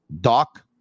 Doc